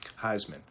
heisman